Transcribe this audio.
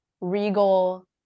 regal